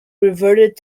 reverted